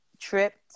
tripped